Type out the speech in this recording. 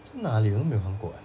这么哪里我都没有看过 eh